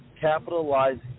Capitalizing